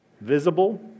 visible